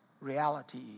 reality